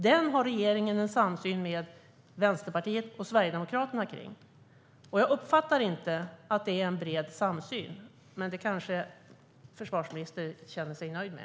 Den har regeringen samsyn om med Vänsterpartiet och Sverigedemokraterna. Jag uppfattar inte det som en bred samsyn, men det kanske försvarsministern känner sig nöjd med.